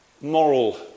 moral